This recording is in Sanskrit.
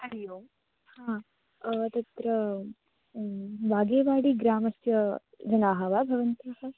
हरिः ओम् हा तत्र वागेवाडिः ग्रामस्य जनाः वा भवन्तः